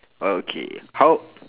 uh okay how